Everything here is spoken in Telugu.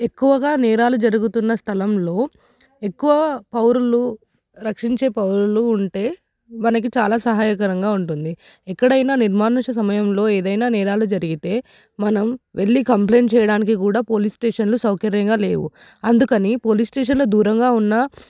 ఎక్కువగా నేరాలు జరుగుతున్న స్థలంలో ఎక్కువ పౌరులు రక్షించే పౌరులు ఉంటే మనకి చాలా సహాయకరంగా ఉంటుంది ఎక్కడైనా నిర్మానుష సమయంలో ఏదైనా నేరాలు జరిగితే మనం వెళ్ళి కంప్లైయింట్ చెయ్యడానికి కూడా పోలీస్ స్టేషన్లు సౌకర్యంగా లేవు అందుకని పోలీస్ స్టేషన్లు దూరంగా ఉన్న